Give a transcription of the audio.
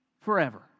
forever